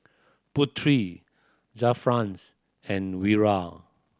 Putri Zafran and Wira